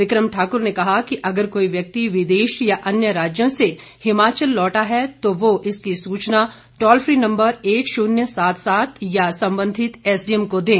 विक्रम ठाक्र ने कहा कि अगर कोई व्यक्ति विदेश या अन्य राज्यों से हिमाचल लौटा है तो वो इसकी सूचना टोल फ्री नम्बर एक शून्य सात सात या संबंधित एसडीएम को दें